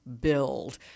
build